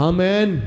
Amen